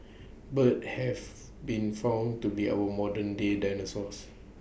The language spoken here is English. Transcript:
birds have been found to be our modern day dinosaurs